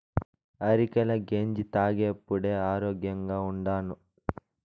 అరికెల గెంజి తాగేప్పుడే ఆరోగ్యంగా ఉండాను